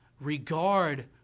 regard